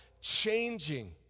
changing